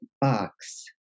box